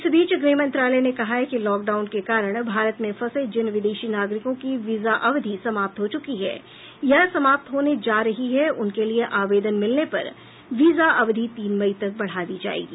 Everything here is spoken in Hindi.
इस बीच गृहमंत्रालय ने कहा है कि लॉकडाउन के कारण भारत में फंसे जिन विदेशी नागरिकों की वीजा अवधि समाप्त हो चुकी है या समाप्त होने जा रही है उनके लिए आवेदन मिलने पर वीजा अवधि तीन मई तक बढ़ा दी जाएगी